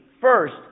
first